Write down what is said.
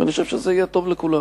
ואני חושב שזה יהיה טוב לכולם.